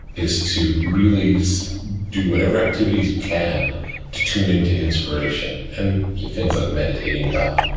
is to really do whatever activities you can to tune into inspiration, and things like meditating help.